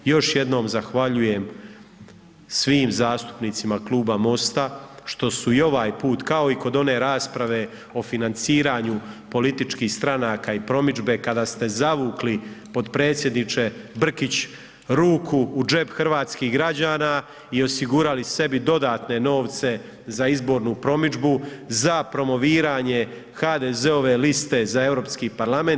Još jednom zahvaljujem svim zastupnicima Kluba MOST-a što su i ovaj put, kao i kod one rasprave o financiranju političkih stranaka i promidžbe, kada ste zavukli potpredsjedniče Brkić ruku u džep hrvatskih građana i osigurali sebi dodatne novce za izbornu promidžbu za promoviranje HDZ-ove liste za EU parlament.